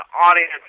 audience